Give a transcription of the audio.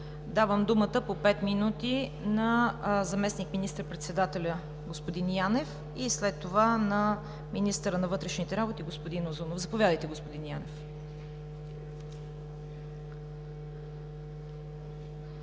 Давам думата по пет минути на заместник министър-председателя господин Янев и след това на министъра на вътрешните работи господин Узунов. Заповядайте, господин Янев. СЛУЖЕБЕН